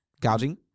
Gouging